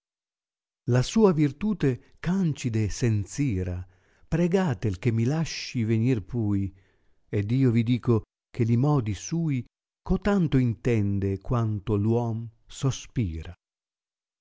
la sua virtute ch ancide senz ira pregatel che mi lasci venir pui ed io vi dico che li modi sui cotanto intende quanto v uom sospira